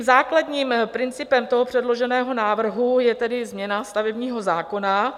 Základním principem předloženého návrhu je tedy změna stavebního zákona.